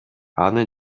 аны